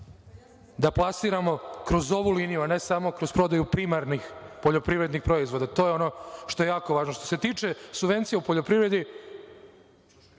da plasiramo kroz ovu liniju, a ne samo kroz prodaju primarnih poljoprivrednih proizvoda. To je ono što je jako važno. Što se tiče subvencija u poljoprivredi,